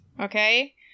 Okay